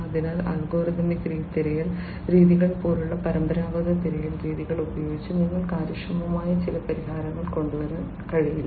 അതിനാൽ അൽഗോരിതമിക് തിരയൽ രീതികൾ പോലെയുള്ള പരമ്പരാഗത തിരയൽ രീതികൾ ഉപയോഗിച്ച് നിങ്ങൾക്ക് കാര്യക്ഷമമായ ചില പരിഹാരങ്ങൾ കൊണ്ടുവരാൻ കഴിയില്ല